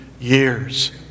years